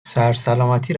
سرسلامتی